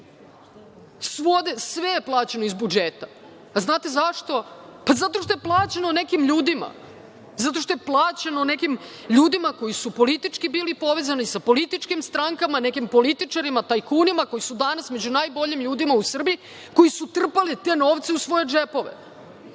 Sve je plaćeno iz budžeta. A znate zašto? Zato što je plaćeno nekim ljudima. Zato što je plaćeno nekim ljudima koji su politički bili povezani sa političkim strankama, nekim političarima, tajkunima koji su danas među najboljim ljudima u Srbiji, koji su trpali te novce u svoje džepove. Koliko